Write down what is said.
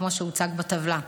כמו שהוצג בטבלה.